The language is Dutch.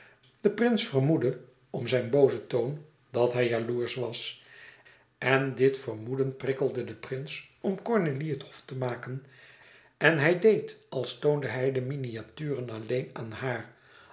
de prins vermoedde om zijn boozen toon dat hij jaloersch was en dit vermoeden prikkelde den prins om cornélie het hof te maken en hij deed als toonde hij de miniaturen alleen aan haàr